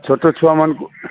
ଛୋଟ ଛୁଆମାନଙ୍କୁ